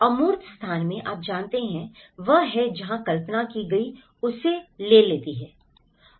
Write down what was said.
अमूर्त स्थान में आप जानते हैं वह है जहां कल्पना की गई जगह उसे ले लेती है